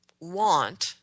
Want